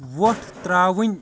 وۄٹھ ترٛاوٕنۍ